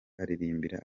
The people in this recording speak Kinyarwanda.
aririmbira